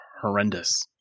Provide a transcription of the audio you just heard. horrendous